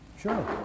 sure